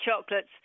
chocolates